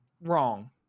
wrong